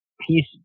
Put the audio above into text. peace